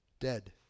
dead